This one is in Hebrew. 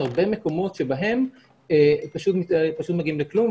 הרבה מקומות שבהם פשוט מגיעים לכלום.